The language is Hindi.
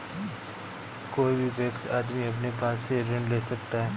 कोई भी वयस्क आदमी अपने आप से ऋण ले सकता है